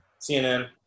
CNN